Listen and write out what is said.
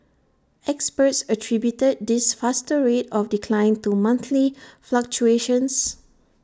experts attributed this faster rate of decline to monthly fluctuations